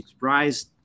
Rise